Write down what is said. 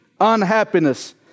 unhappiness